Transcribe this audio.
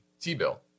T-bill